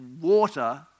water